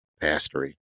pastory